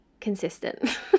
consistent